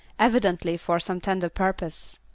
evidently for some tender purpose.